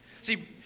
See